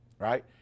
right